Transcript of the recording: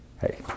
Hey